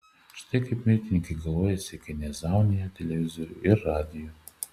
štai kaip mirtininkai galuojasi kai nezaunija televizorių ir radijų